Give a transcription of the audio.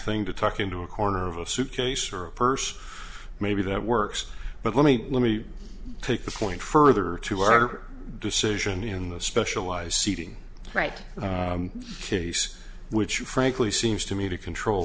thing to tuck into a corner of a suitcase or purse maybe that works but let me let me take this point further to our decision in the specialized seating right case which you frankly seems to me to control